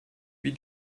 wie